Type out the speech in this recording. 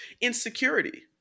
insecurity